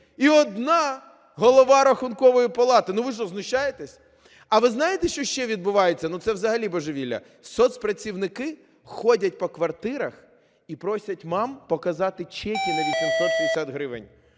і одна Голова Рахункової палати. Ну ви що, знущаєтесь? А ви знаєте, що ще відбувається? Ну це взагалі божевілля. Соцпрацівники ходять по квартирах і просять мам показати чеки на 860 гривень.